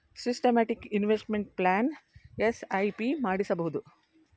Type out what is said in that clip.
systematic investment plan SIP ಮಾಡಿಸಬಹುದು